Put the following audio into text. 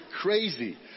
crazy